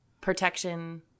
protection